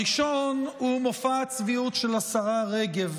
הראשון הוא מופע הצביעות של השרה רגב,